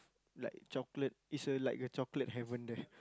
like chocolate it is like a chocolate heaven there